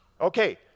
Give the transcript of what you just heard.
Okay